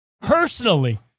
personally